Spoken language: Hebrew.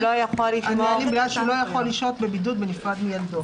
לא יכול לשהות בבידוד בנפרד מילדו.